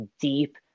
deep